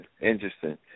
Interesting